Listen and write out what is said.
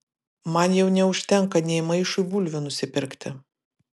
man jau neužtenka nė maišui bulvių nusipirkti